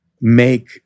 make